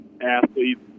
athletes